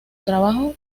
trabajo